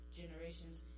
generations